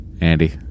Andy